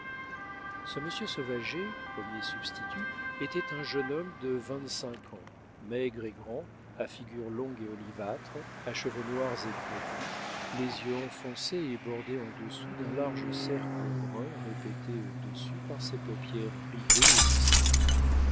ce monsieur sauvager premier substitut était un jeune homme de vingt-cinq ans maigre et grand à figure longue et olivâtre à cheveux noirs et crépus les yeux enfoncés et bordés en dessous d'un large cercle brun répété au-dessus par ses paupières ridées et bistrées